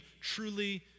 truly